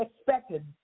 expected